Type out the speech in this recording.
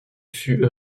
fut